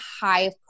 high